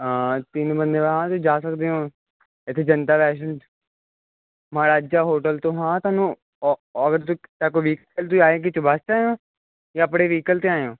ਤਿੰਨ ਬੰਦੇ ਹਾਂ ਤੁਸੀਂ ਜਾ ਸਕਦੇ ਹੋ ਇੱਥੇ ਜਨਤਾ ਵੈਸ਼ਨੂੰ ਮਹਾਰਾਜਾ ਹੋਟਲ ਤੋਂ ਹਾਂ ਤੁਹਾਨੂੰ ਅਗਰ ਤੁਸੀਂ ਵਹੀਕਲ 'ਤੇ ਆਏ ਹੋ ਕਿ ਬੱਸ 'ਤੇ ਆਏ ਹੋ ਜਾਂ ਆਪਣੇ ਵਹੀਕਲ 'ਤੇ ਆਏ ਹੋ